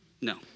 No